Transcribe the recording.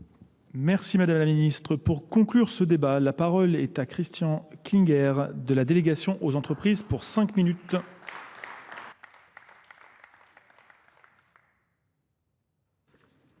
Merci Madame la Ministre. Pour conclure ce débat, la parole est à Christian Klinger de la délégation aux entreprises pour cinq minutes.